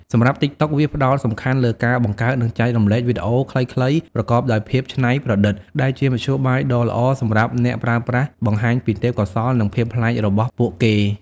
សម្រាប់ ទីកតុក វាផ្ដោតសំខាន់លើការបង្កើត និងចែករំលែកវីដេអូខ្លីៗប្រកបដោយភាពច្នៃប្រឌិត ដែលជាមធ្យោបាយដ៏ល្អសម្រាប់អ្នកប្រើប្រាស់បង្ហាញពីទេពកោសល្យ និងភាពប្លែករបស់ពួកគេ។